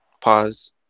pause